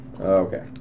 okay